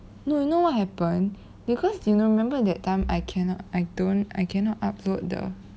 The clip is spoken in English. no you know what happen because you remember that time I cannot I don't I cannot upload the